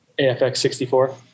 AFX64